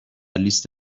لیست